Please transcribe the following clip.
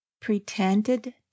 pretended